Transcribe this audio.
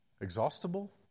exhaustible